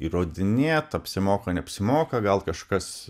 įrodinėt apsimoka neapsimoka gal kažkas